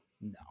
no